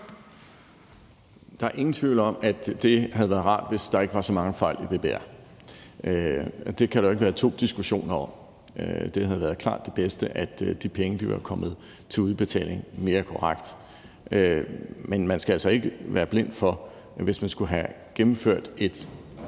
Der er ingen tvivl om, at det havde været rart, hvis der ikke var så mange fejl i BBR. Det kan der jo ikke være to meninger om. Det havde været klart det bedste, at de penge var kommet til udbetaling mere korrekt. Men man skal altså ikke være blind for, at hvis man skulle have gennemført et